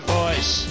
voice